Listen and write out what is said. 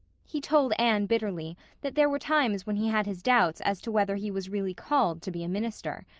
he told anne bitterly that there were times when he had his doubts as to whether he was really called to be a minister.